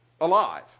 alive